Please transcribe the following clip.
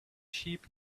sheep